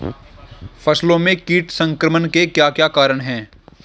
फसलों में कीट संक्रमण के क्या क्या कारण है?